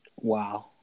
Wow